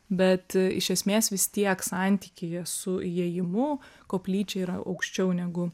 bet iš esmės vis tiek santykyje su įėjimu koplyčia yra aukščiau negu